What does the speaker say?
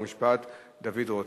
חוק ומשפט דוד רותם.